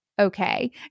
okay